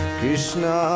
Krishna